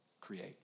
create